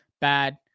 Bad